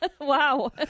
Wow